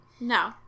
No